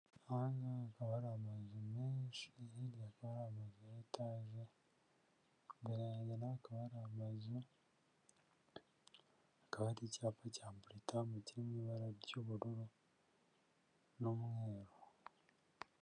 Aha ngaha hakaba hari amazu menshi, hirya hakaba hari amazu ya etaje, imbere yange naho hakaba hari amazu, hakaba hari icyapa cya Britam kiri mu ibara ry'ubururu n'umweru.